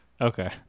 Okay